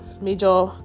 major